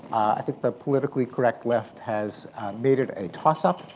i think the politically correct left has made it a toss-up.